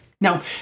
Now